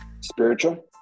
spiritual